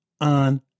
on